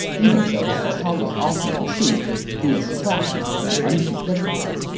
even though cao cao is offering truce, he is crafty and unpredictable.